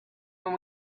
when